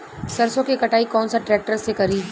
सरसों के कटाई कौन सा ट्रैक्टर से करी?